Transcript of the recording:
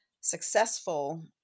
successful